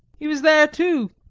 he was there too.